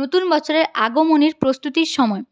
নতুন বছরের আগমনের প্রস্তুতির সময়